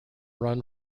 run